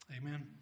Amen